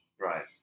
Right